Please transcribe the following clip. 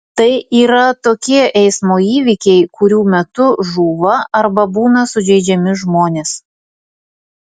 tai yra tokie eismo įvykiai kurių metu žūva arba būna sužeidžiami žmonės